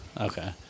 Okay